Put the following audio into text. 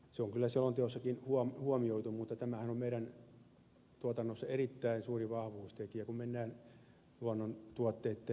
se on kyllä selonteossakin huomioitu mutta tämähän on meidän tuotannossamme erittäin suuri vahvuustekijä